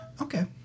Okay